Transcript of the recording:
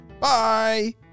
Bye